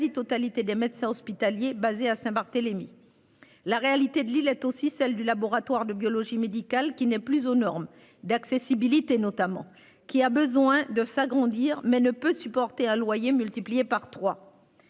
quasi-totalité des médecins hospitaliers basé à Saint-Barthélemy. La réalité de l'île est aussi celle du laboratoire de biologie médicale qui n'est plus aux normes d'accessibilité notamment qui a besoin de s'agrandir mais ne peut supporter à loyer multiplié par 3.